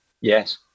Yes